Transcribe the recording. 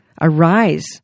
arise